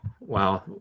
wow